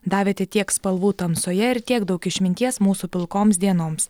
davėte tiek spalvų tamsoje ir tiek daug išminties mūsų pilkoms dienoms